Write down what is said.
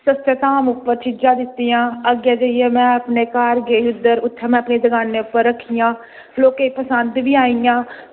सस्ते दाम उप्पर चीज़ां दित्तियां अग्गें में अपने घर गेई उत्थें जाइयै रक्खियां लोकें ई पसंद बी आइयां